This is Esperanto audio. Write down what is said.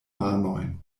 manojn